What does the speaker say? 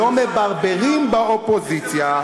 ולא מברברים באופוזיציה.